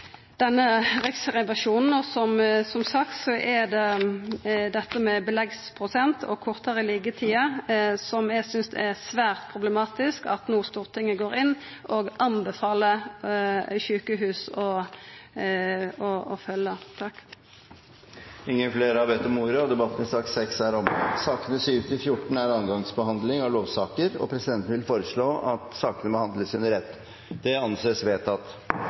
denne revisjonen. Som sagt er det dette med beleggsprosent og kortare liggjetider som eg synest er svært problematisk at Stortinget no går inn og anbefaler sjukehus å følgja. Flere har ikke bedt om ordet til sak nr. 6. Sakene nr. 7–14 er andre gangs behandling av lovsaker, og presidenten vil foreslå at sakene behandles under ett. – Det anses vedtatt.